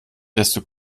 desto